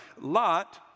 Lot